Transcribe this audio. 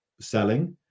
selling